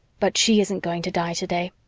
but she isn't going to die today.